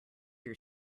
your